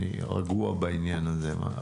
אני רגוע בעניין הזה,